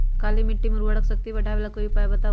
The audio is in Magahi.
काली मिट्टी में उर्वरक शक्ति बढ़ावे ला कोई उपाय बताउ?